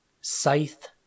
scythe